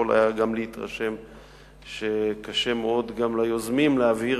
יכול היה גם להתרשם שקשה מאוד גם ליוזמים להבהיר